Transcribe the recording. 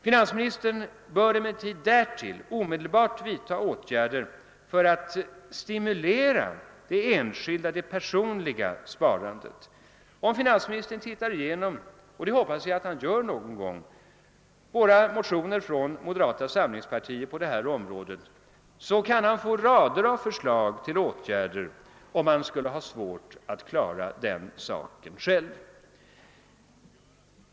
Finansministern bör emellertid också omedelbart vidtaga åtgärder för att stimulera det personliga sparandet. Om finansministern tittar igenom — och det hoppas jag att han göra någon gång — några motioner från moderata samlingspartiet på detta område kan han få en mängd förslag till åtgärder, om han har svårt att klara av den saken själv.